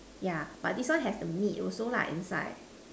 ya but this one has the meat also inside